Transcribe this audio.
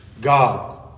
God